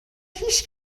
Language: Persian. هیچ